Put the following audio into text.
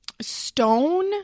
Stone